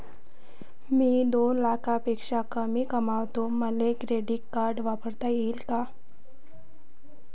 मी दोन लाखापेक्षा कमी कमावतो, मले क्रेडिट कार्ड वापरता येईन का?